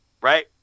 right